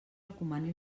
recomani